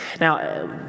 Now